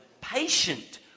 Patient